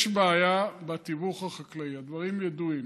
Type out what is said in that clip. יש בעיה בתיווך החקלאי, הדברים ידועים.